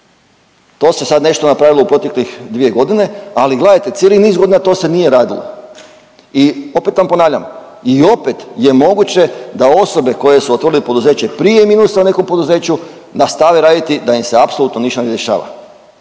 To se sad nešto napravilo u proteklih dvije godine, ali gledajte cijeli niz godina to se nije radilo. I opet vam ponavljam i opet je moguće da osobe koje su otvorile poduzeće prije minusa u nekom poduzeću nastave raditi da im se apsolutno ništa ne dešava,